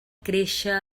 créixer